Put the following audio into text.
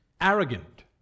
arrogant